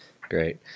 great